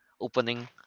opening